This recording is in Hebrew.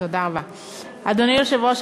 אדוני היושב-ראש,